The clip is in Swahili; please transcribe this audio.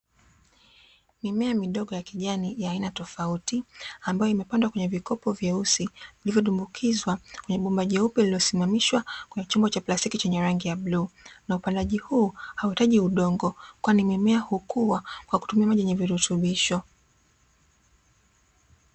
Mimea midogo ya kijani ya aina tofauti, ambayo imepandwa kwenye vikopo vyeusi vilivyodumbukizwa kwenye bomba jeupe lililosimamishwa kwenye chombo cha plastiki chenye rangi ya bluu. Na upandaji huu hauhitaji udongo, kwani mimea hukua kwa kutumia maji yenye virutubisho.